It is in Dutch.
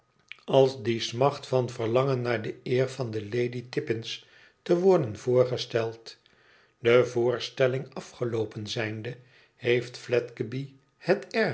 als die smacht van verlangen naar de eer van aan lady tippins te worden voorgesteld de voorstelling afgeloopen zijnde heeft fledgeby het